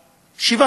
ש"ח.